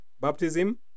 baptism